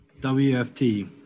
WFT